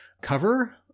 cover